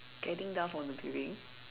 getting down from the building